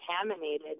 contaminated